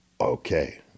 okay